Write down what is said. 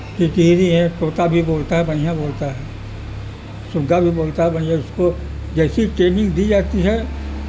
تتیری ہے طوطا بھی بولتا ہے بڑھیا بولتا ہے سگا بھی بولتا ہے بڑھیا اس کو جیسی ٹریننگ دی جاتی ہے